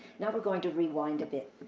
now we're going to rewind a bit.